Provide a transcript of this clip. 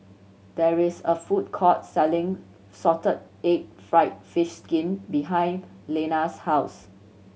there is a food court selling salted egg fried fish skin behind Leanna's house